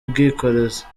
ubwikorezi